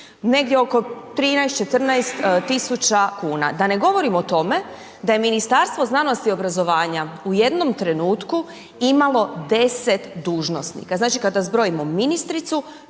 negdje oko 13, 14 000 kuna. Da ne govorim o tome da je Ministarstvo znanosti i obrazovanja u jednom trenutku imalo 10 dužnosnika. Znači kada zbrojimo ministricu,